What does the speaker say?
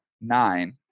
nine